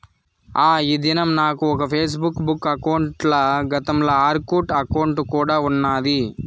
ఆ, ఈ దినం నాకు ఒక ఫేస్బుక్ బుక్ అకౌంటల, గతంల ఆర్కుట్ అకౌంటు కూడా ఉన్నాది